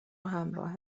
همراه